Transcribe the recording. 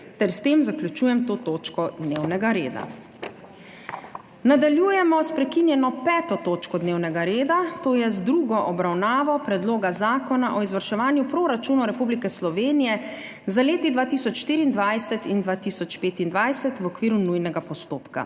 ter s tem zaključujem to točko dnevnega reda. **Nadaljujemo s prekinjeno 5. točko dnevnega reda, to je z drugo obravnavo Predloga zakona o izvrševanju proračunov Republike Slovenije za leti 2024 in 2025 v okviru nujnega postopka.**